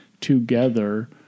together